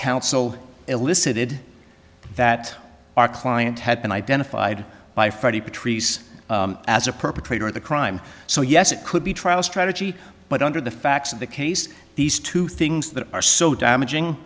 counsel elicited that our client had been identified by friday patrice as a perpetrator of the crime so yes it could be trial strategy but under the facts of the case these two things that are so damaging